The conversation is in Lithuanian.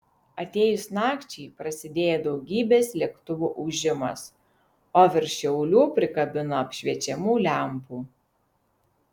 atėjus nakčiai prasidėjo daugybės lėktuvų ūžimas o virš šiaulių prikabino apšviečiamų lempų